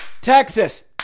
Texas